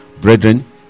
Brethren